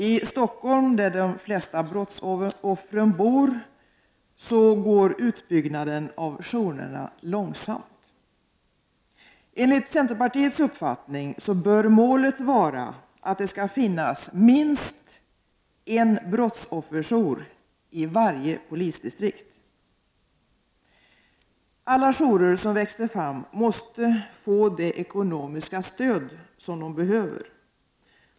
I Stockholm, där de flesta brottsoffren bor, går utbyggnaden av jourerna långsamt. Enligt centerpartiets uppfattning bör målet vara att det skall finnas minst en brottsofferjour i varje polisdistrikt. Alla jourer som växer fram måste få det ekonomiska stöd som de behöver.